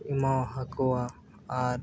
ᱮᱢᱟᱣ ᱟᱠᱚᱣᱟ ᱟᱨ